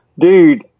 Dude